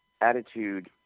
attitude